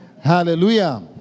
hallelujah